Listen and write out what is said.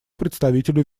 представителю